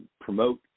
promote